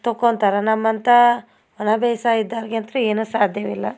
ತಕ್ಕೊತರ ನಮ್ಮಂಥ ಒಣ ಬೇಸಾಯ ಇದ್ದವ್ರಿಗೆ ಅಂತೂ ಏನೂ ಸಾಧ್ಯವಿಲ್ಲ